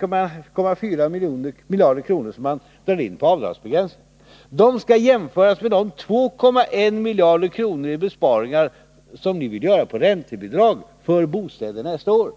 De 1,4 miljarder kronor som man drar in på avdragsbegränsningen skall jämföras med de 2,1 miljarder kronor i besparingar som ni vill göra på räntebidrag för bostäder nästa år,